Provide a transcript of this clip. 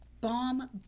Bomb